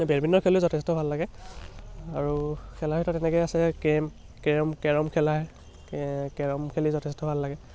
badminton খেলিও যথেষ্ট ভাল লাগে আৰু খেলা হয়তো তেনেকৈয়ে আছে কেৰেম কেৰম কেৰম খেলা কেৰম খেলি যথেষ্ট ভাল লাগে